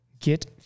get